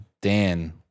Dan